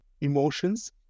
emotions